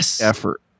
effort